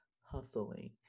hustling